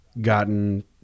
gotten